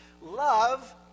Love